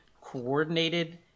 coordinated